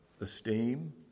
esteem